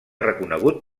reconegut